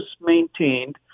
maintained